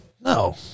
No